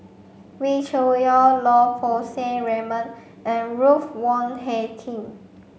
Wee Cho Yaw Lau Poo Seng Raymond and Ruth Wong Hie King